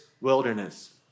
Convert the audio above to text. wilderness